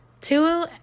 two